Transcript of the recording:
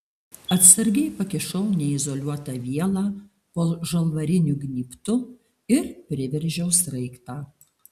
atsargiai pakišau neizoliuotą vielą po žalvariniu gnybtu ir priveržiau sraigtą